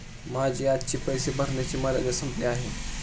माझी आजची पैसे भरण्याची मर्यादा संपली आहे